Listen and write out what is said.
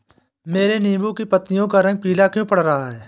मेरे नींबू की पत्तियों का रंग पीला क्यो पड़ रहा है?